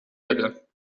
erde